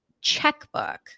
checkbook